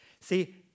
See